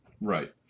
right